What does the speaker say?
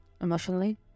emotionally